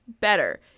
better